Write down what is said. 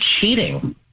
cheating